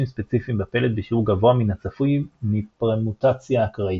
ספציפיים בפלט בשיעור גבוה מן הצפוי מפרמוטציה אקראית.